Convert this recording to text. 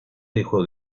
dejó